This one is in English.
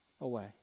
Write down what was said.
away